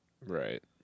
Right